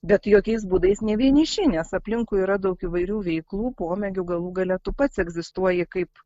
bet jokiais būdais nevieniši nes aplinkui yra daug įvairių veiklų pomėgių galų gale tu pats egzistuoji kaip